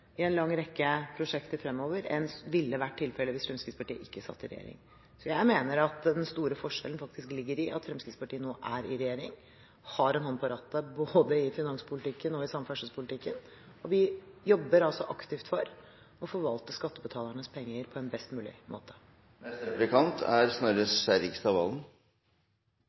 i en lang rekke prosjekter fremover enn hva som ville vært tilfelle hvis Fremskrittspartiet ikke satt i regjering. Jeg mener at den store forskjellen faktisk ligger i at Fremskrittspartiet nå er i regjering og har en hånd på rattet både i finanspolitikken og i samferdselspolitikken, og vi jobber aktivt for å forvalte skattebetalernes penger på en best mulig måte. La meg først takke finansministeren for ønsket om framgang neste